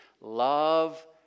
Love